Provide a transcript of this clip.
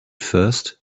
first